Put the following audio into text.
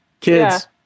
kids